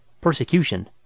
PERSECUTION